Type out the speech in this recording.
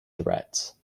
threats